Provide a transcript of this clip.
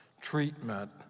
treatment